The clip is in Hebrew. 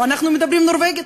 אנחנו מדברים נורבגית,